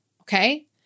Okay